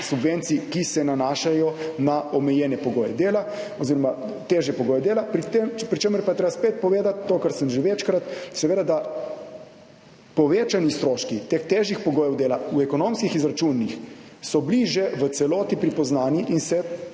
subvencij, ki se nanašajo na omejene pogoje dela oziroma težje pogoje dela. Pri čemer pa je treba spet povedati to, kar sem že večkrat, seveda, da povečani stroški teh težjih pogojev dela v ekonomskih izračunih so bili že v celoti pripoznani in se upoštevajo,